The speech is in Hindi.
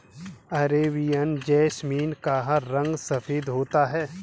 अरेबियन जैसमिन का रंग सफेद होता है